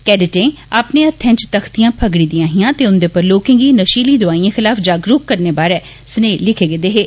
केडटें अपने हत्थैं च तख्तियां फगड़ी दियां हियां ते उन्दे पर लोकें गी नषीली दवाइएं खिलाफ जागरूक करने बारै स्नेहे लिखे गेदे हे